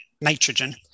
nitrogen